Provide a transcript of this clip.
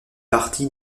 parti